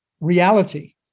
reality